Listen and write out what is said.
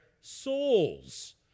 souls